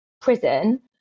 prison